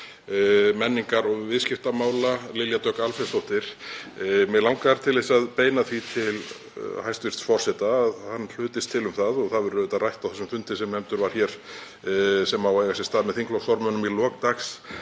menningar- og viðskiptamála, Lilja Dögg Alfreðsdóttir. Mig langar til að beina því til hæstv. forseta að hann hlutist til um það, og það verður auðvitað rætt á þessum fundi sem nefndur var hér sem á að eiga sér stað með þingflokksformönnum í lok dags,